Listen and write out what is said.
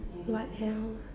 what else